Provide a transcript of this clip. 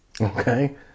Okay